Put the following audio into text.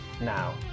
now